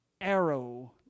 arrow